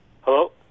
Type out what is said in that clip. Hello